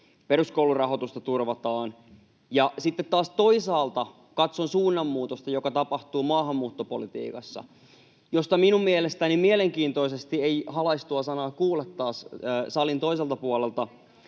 peruskoulun rahoitusta turvataan. Ja sitten taas toisaalta katson suunnanmuutosta, joka tapahtuu maahanmuuttopolitiikassa, josta taas minun mielestäni mielenkiintoisesti ei halaistua sanaa kuule salin toiselta puolelta.